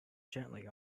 gently